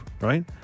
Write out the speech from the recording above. Right